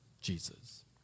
Jesus